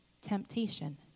temptation